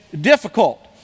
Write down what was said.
difficult